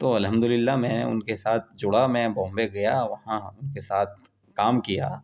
تو الحمد اللہ میں نے ان کے ساتھ جڑا میں بامبے گیا وہاں ان کے ساتھ کام کیا